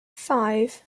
five